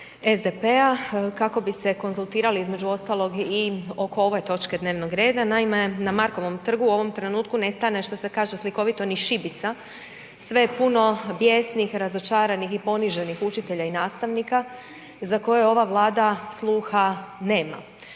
SDP-a kako bi se konzultirali između ostalog i oko ove točke dnevnog reda. Naime, na Markovom trgu u ovom trenutku ne stane što se kaže slikovito ni šibica, sve je puno bijesnih, razočaranih i poniženih učitelja i nastavnika za koje ova Vlada sluha nema.